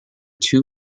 two